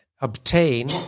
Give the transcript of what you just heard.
obtain